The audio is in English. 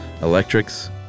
electrics